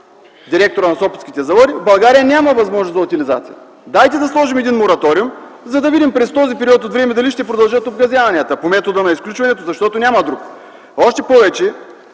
директора на Сопотските заводи, няма възможност за утилизация. Дайте да сложим мораториум, за да видим дали през този период от време ще продължат обгазяванията. По метода на изключванията, защото няма друг начин. Още повече,